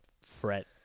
fret